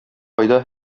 айда